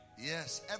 Yes